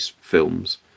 films